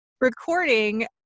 recording